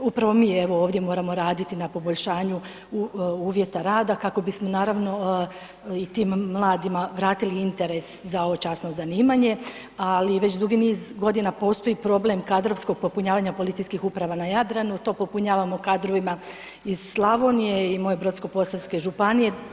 Upravo mi evo ovdje moramo raditi na poboljšanju uvjeta rada kako bismo naravno i tim mladima vratili interes za ovo časno zanimanje ali već dugi niz godina postoji problem kadrovskog popunjavanja policijskih uprava na Jadranu, to popunjavamo kadrovima iz Slavonije i moje Brodsko posavske županije.